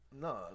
no